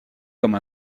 comme